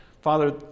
Father